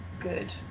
good